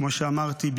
כמו שאמרתי,